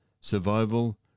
Survival